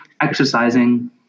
exercising